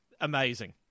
Amazing